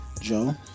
Joe